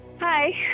Hi